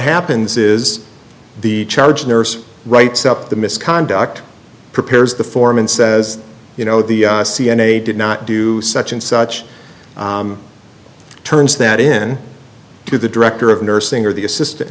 happens is the charge nurse writes up the misconduct prepares the foreman says you know the c n a did not do such and such turns that in to the director of nursing or the assistant